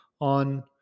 on